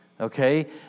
okay